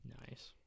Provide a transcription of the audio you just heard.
Nice